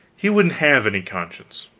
he wouldn't have any conscience.